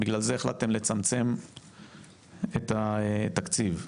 בגלל זה החלטתם לצמצם את התקציב,